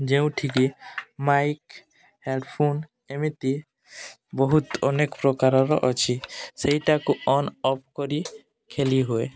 ଯେଉଁଠିକି mic headphone ଏମିତି ବହୁତ ଅନେକ ପ୍ରକାରର ଅଛି ସେଇଟାକୁ ଅନ୍ ଅଫ୍ କରି ଖେଲି ହୁଏ